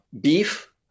Beef